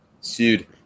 sued